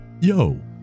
Yo